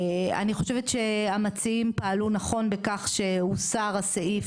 אני חושבת שהמציעים פעלו נכון בכך שהוסר הסעיף